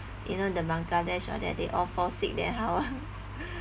you know the bangladesh all that they all fall sick then how ah